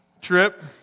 Trip